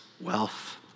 wealth